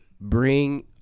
Bring